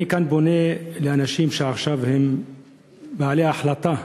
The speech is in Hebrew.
אני כאן פונה לאנשים שהם עכשיו בעלי ההחלטה.